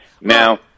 Now